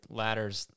ladder's